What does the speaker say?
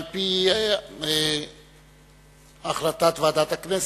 על-פי החלטת ועדת הכנסת.